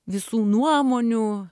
visų nuomonių